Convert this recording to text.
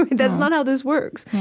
that's not how this works.